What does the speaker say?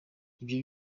ibyo